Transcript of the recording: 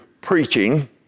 preaching